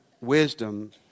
wisdom